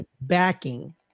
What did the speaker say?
backing